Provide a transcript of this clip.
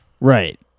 Right